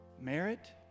merit